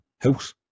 house